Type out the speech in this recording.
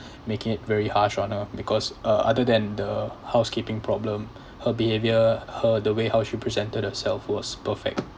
making it very harsh on her because uh other than the housekeeping problem her behavior her the way how she presented herself was perfect